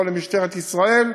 לא למשטרת ישראל,